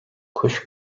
kuş